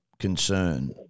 concern